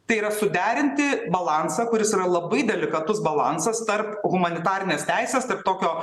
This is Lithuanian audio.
tai yra suderinti balansą kuris yra labai delikatus balansas tarp humanitarinės teisės tarp tokio